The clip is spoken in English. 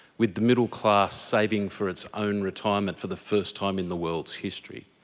with the middle class saving for its own retirement for the first time in the world's history,